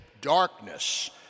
darkness